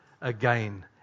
again